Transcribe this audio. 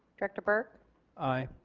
director burke aye.